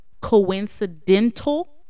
coincidental